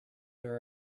there